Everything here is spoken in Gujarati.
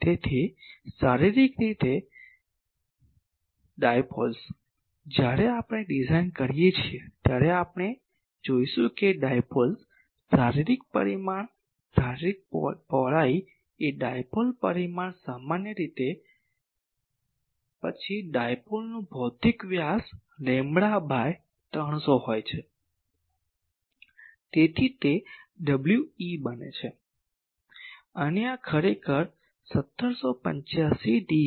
તેથી શારીરિક સામાન્ય રીતે ડાયપોલ્સ જ્યારે આપણે ડિઝાઇન કરીએ છીએ ત્યારે આપણે જોશું કે ડાયપોલ્સ શારીરિક પરિમાણ શારીરિક પહોળાઈ એ ડાયપોલ પરિમાણ સામાન્ય રીતે પછી ડાયપોલનું ભૌતિક વ્યાસ લેમ્બડા બાય 300 હોય છે તેથી તે we બને છે અને આ ખરેખર 1785 d છે